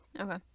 Okay